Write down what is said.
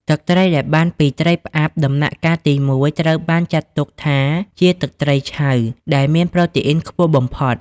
ទឹកត្រីដែលបានពី ត្រីផ្អាប់ ដំណាក់កាលទីមួយត្រូវបានចាត់ទុកថាជា ទឹកត្រីឆៅ ដែលមានប្រូតេអ៊ីនខ្ពស់បំផុត។